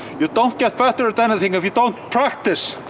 you don't get better at anything if you don't practice!